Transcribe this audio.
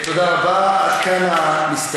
תודה רבה, עד כאן המסתייגים.